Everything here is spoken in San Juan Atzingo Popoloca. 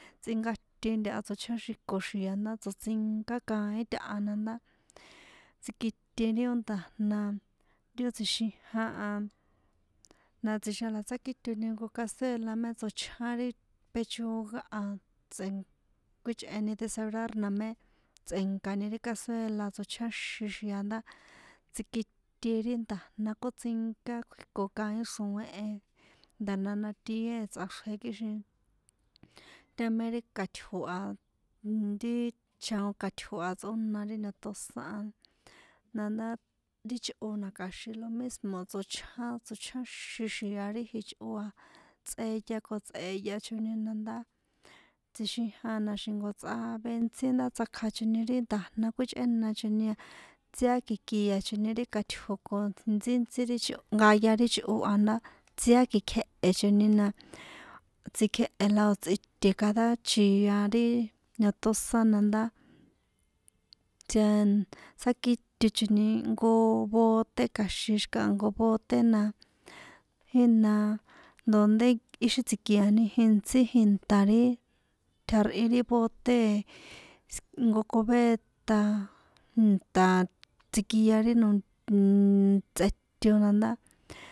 Tsinkate ntaha tsochjáxinkoxiko xia ndá tsoṭsinká kaín taha na ndá tsikite ri ó nda̱jna ti ó tsjixijan a na tsjixijan na tsákitoni jnko cazuela mé tsochján ri pechuga a tsꞌe̱nk kjuíchꞌeni desebrar na mé tsꞌe̱nkani ri cazuela tsochjáxin xia ndá tsikite ri nda̱jna kótsinka kjuiko kaín xro̱én e nda̱jna jna tie tsꞌaxrje kixin táa me ri kaṭjo̱ a ri chaon kaṭjo̱ a tsꞌóna ri niotosán a na ndá ri chꞌo na kaxin lo mismo tsochján tsochjáxin xia ri ichꞌo tsꞌeya ko tsꞌeyachoni na ndá tsixijan na xi̱nko tsꞌave ntsí ndá tsjakjachoni ri nda̱jna kuíchꞌénachoni a tsiaki̱kia̱choni ri kaṭjo̱ ko ri ntsíntsí ri chꞌo nkaya ri chꞌo a ndña tsiankekjehe̱choni na tsikjéhe̱ la tsꞌiṭe̱ cada chjia ri niotosaán na ndá tsien tsăkitochoni jnko bote kja̱xin xi̱kaha jnko bote na jína dondé ixi tsikiani jintsí jinta ri tjarꞌi ri bote jnko cubeta inta tsikia ri nonnnnn tsꞌeto na ndá.